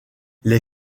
les